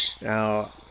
Now